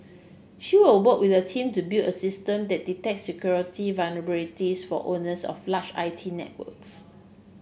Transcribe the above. she will work with a team to build a system that detects security vulnerabilities for owners of large I T networks